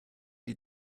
die